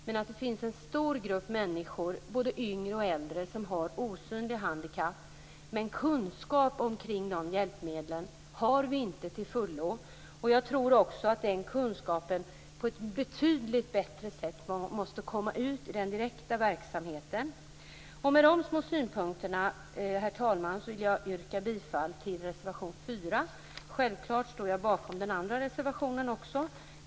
Men det finns en stor grupp människor, både yngre och äldre, som har osynliga handikapp. Men kunskap om de hjälpmedlen har vi inte till fullo. Jag tror också att den kunskapen på ett betydligt bättre sätt måste komma ut i den direkta verksamheten. Med de små synpunkterna, herr talman, vill jag yrka bifall till reservation 4. Självfallet står jag bakom även den andra reservationen.